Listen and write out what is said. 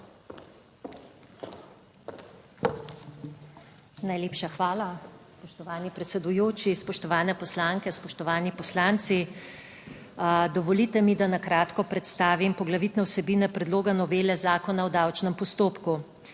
Najlepša hvala, spoštovani predsedujoči. Spoštovane poslanke, spoštovani poslanci! Dovolite mi, da kratko predstavim poglavitne vsebine predloga novele Zakona o davčnem postopku.